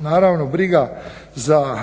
Naravno briga za